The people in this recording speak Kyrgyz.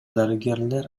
дарыгерлер